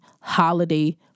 holiday